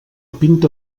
pinta